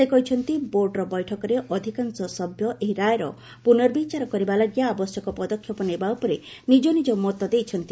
ସେ କହିଛନ୍ତି ବୋର୍ଡର ବୈଠକରେ ଅଧିକାଂଶ ସଭ୍ୟ ଏହି ରାୟର ପୁର୍ନବିଚାର କରିବା ଲାଗି ଆବଶ୍ୟକ ପଦକ୍ଷେପ ନେବା ଉପରେ ନିଜ ନିଜ ମତ ଦେଇଛନ୍ତି